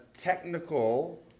technical